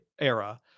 era